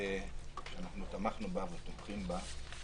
הזו.